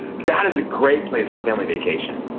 that is a great place for family vacation.